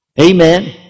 Amen